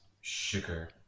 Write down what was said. sugar